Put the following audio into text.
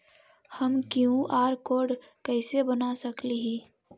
हम QR code कैसे बना सकली ही?